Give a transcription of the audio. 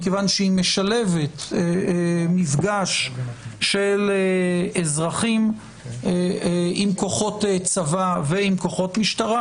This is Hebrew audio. מכיוון שהיא משלבת מפגש של אזרחים עם כוחות צבא ועם כוחות משטרה,